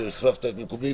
כשהחלפת את מקומי,